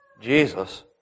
Jesus